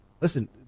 listen